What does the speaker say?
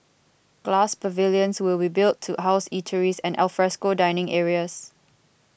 glass pavilions will be built to house eateries and alfresco dining areas